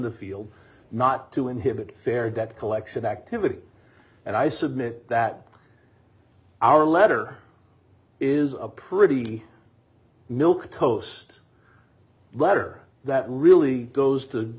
the field not to inhibit fair debt collection activity and i submit that our letter is a pretty milquetoast letter that really goes to